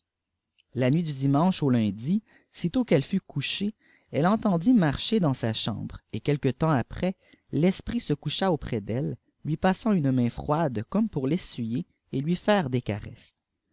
la miit du dimanche au hmdi sitôt q elle fut couchée elle entendit marcher dans sa lîhambre et quel pe temps après tespritse coudni aujprès alle lui passant une main froide comme pour l'essuyer et l i fitire des resses